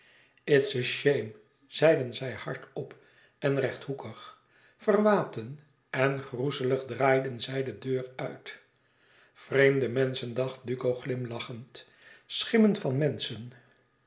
shame zeiden zei hard op en rechthoekig verwaten en groezelig draaiden zij de deur uit vreemde menschen dacht duco glimlachend schimmen van menschen